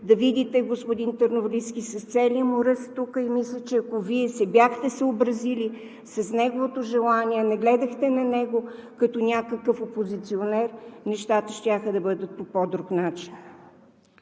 да видите господин Търновалийски с целия му ръст тук. Мисля, че ако Вие се бяхте съобразили с неговото желание, не гледахте на него като някакъв опозиционер, нещата щяха да бъдат по по-друг начин.